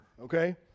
okay